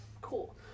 Cool